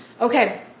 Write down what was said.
Okay